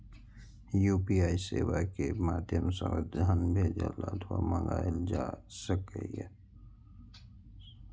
UPI सेवा के माध्यम सं धन भेजल अथवा मंगाएल जा सकैए